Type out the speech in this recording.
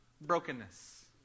brokenness